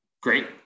Great